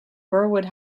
burwood